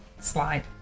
slide